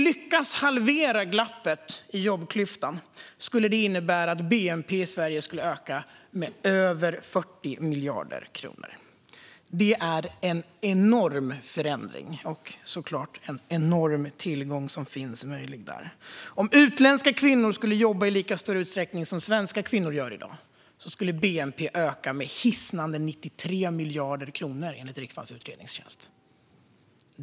Lyckas vi halvera jobbklyftan skulle det innebära att bnp skulle öka med över 40 miljarder kronor. Det är en enorm förändring och såklart en enorm tillgång som finns möjlig där. Om utländska kvinnor skulle jobba i lika stor utsträckning som svenska kvinnor gör i dag skulle bnp öka med hisnande 93 miljarder kronor, enligt riksdagens utredningstjänst.